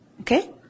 Okay